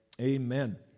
amen